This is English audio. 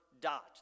dot